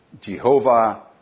Jehovah